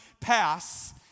pass